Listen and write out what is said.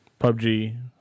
PUBG